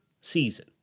season